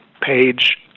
page